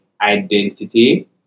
identity